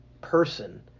person